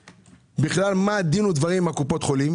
מה הדין ודברים איתם, עם קופות החולים?